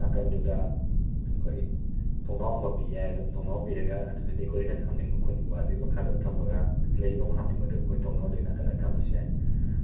ꯅꯥꯀꯟꯗꯨꯗ ꯑꯩꯈꯣꯏ ꯊꯣꯡꯅꯥꯎ ꯑꯃ ꯄꯤ ꯌꯥꯏ ꯑꯗꯨꯝ ꯊꯣꯡꯅꯥꯎ ꯄꯤꯔꯒ ꯑꯗꯨꯗ ꯗꯦꯀꯣꯔꯦꯁꯟ ꯍꯥꯞꯅꯤꯡꯕ ꯈꯣꯠꯅꯤꯡꯕ ꯑꯗꯨꯒꯤ ꯃꯈꯥꯗ ꯊꯝꯃꯒ ꯂꯩ ꯅꯨꯡ ꯍꯥꯞꯅꯤꯡꯕꯗꯨ ꯑꯩꯈꯣꯏ ꯊꯣꯡꯅꯥꯎꯗꯨꯒꯤ ꯅꯥꯀꯟꯗ ꯊꯝꯃꯁꯨ ꯌꯥꯏ